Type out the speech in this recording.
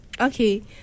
okay